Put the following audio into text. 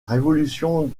révolution